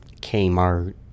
Kmart